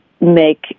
make